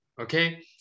okay